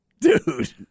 dude